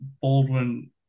Baldwin